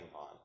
on